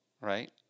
right